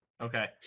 Okay